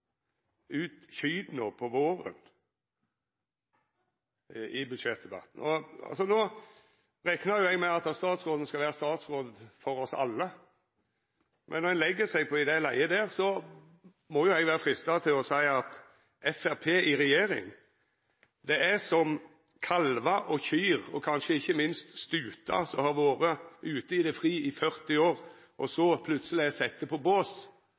ut kyrne om våren. Nå reknar eg jo med at statsråden skal vera statsråd for oss alle, men når ein legg seg i det leiet der, er eg freista til å seia at Framstegspartiet i regjering er som kalvar og kyr – og kanskje ikkje minst stutar – som har vore ute i det fri i 40 år og så plutseleg er sette på bås,